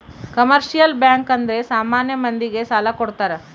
commercial bank ಅಂದ್ರೆ ಸಾಮಾನ್ಯ ಮಂದಿ ಗೆ ಸಾಲ ಕೊಡ್ತಾರ